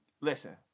listen